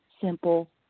simple